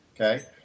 okay